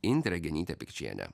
indrė genytė pikčienė